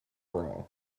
bra